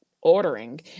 ordering